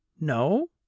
No